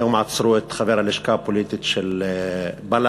היום עצרו את חבר הלשכה הפוליטית של בל"ד,